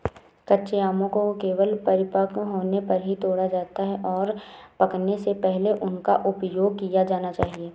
कच्चे आमों को केवल परिपक्व होने पर ही तोड़ा जाता है, और पकने से पहले उनका उपयोग किया जाना चाहिए